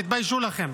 תתביישו לכם.